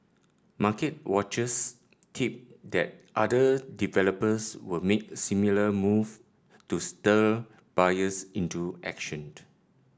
market watchers tip that other developers will make similar move to stir buyers into action